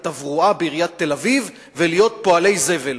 התברואה בעיריית תל-אביב ולהיות פועלי זבל,